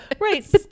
Right